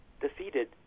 defeated